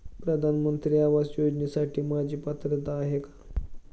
प्रधानमंत्री आवास योजनेसाठी माझी पात्रता आहे का?